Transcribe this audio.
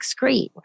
excrete